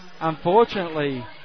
Unfortunately